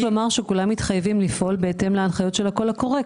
רק לומר שכולם מתחייבים לפעול בהתאם להנחיות של הקול הקורא,